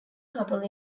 couple